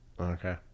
Okay